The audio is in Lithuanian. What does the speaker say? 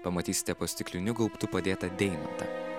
pamatysite po stikliniu gaubtu padėtą deimantą